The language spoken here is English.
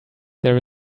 there